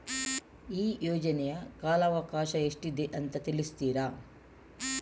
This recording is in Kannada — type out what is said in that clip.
ಈ ಯೋಜನೆಯ ಕಾಲವಕಾಶ ಎಷ್ಟಿದೆ ಅಂತ ತಿಳಿಸ್ತೀರಾ?